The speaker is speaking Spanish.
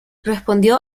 respondió